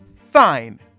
Fine